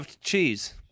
cheese